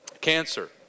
Cancer